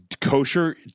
kosher